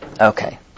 Okay